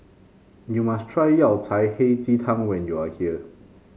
you must try Yao Cai Hei Ji Tang when you are here